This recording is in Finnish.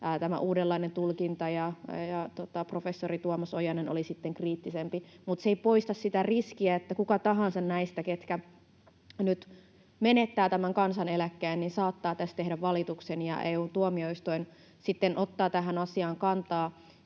mahdollinen, ja professori Tuomas Ojanen oli sitten kriittisempi. Mutta se ei poista sitä riskiä, että kuka tahansa näistä, ketkä nyt menettävät tämän kansaneläkkeen, saattaa tässä tehdä valituksen ja EU-tuomioistuin sitten ottaa tähän asiaan kantaa.